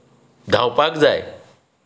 धांवापाक जाय